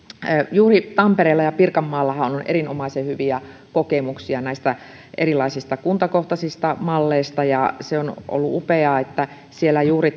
juuri tampereella ja pirkanmaallahan on on erinomaisen hyviä kokemuksia näistä erilaisista kuntakohtaisista malleista on ollut upeaa että siellä juuri